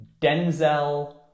Denzel